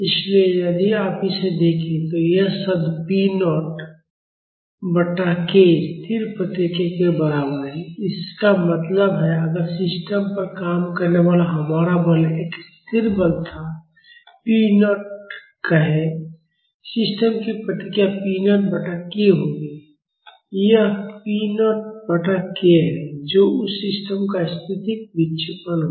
इसलिए यदि आप इसे देखें तो यह शब्द p नॉट बटा k स्थिर प्रतिक्रिया के बराबर है इसका मतलब है अगर सिस्टम पर काम करने वाला हमारा बल एक स्थिर बल था पी नॉट पी 0 कहें सिस्टम की प्रतिक्रिया p नॉट बटा k होगी वह p नॉट बटा k है जो उस सिस्टम का स्थैतिक विक्षेपण होगा